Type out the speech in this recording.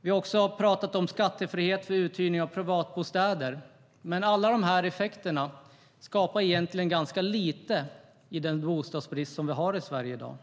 Vi har också pratat om skattefrihet vid uthyrning av privatbostäder. Men allt detta skapar egentligen ganska lite med tanke på den bostadsbrist som vi har i Sverige i dag.